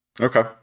okay